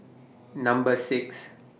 Number six